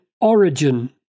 origin